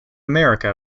america